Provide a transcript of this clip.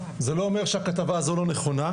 זה לא אומר שהכתבה הזו לא נכונה,